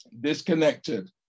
disconnected